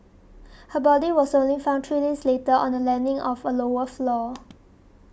her body was only found three days later on the landing of a lower floor